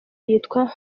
yitwa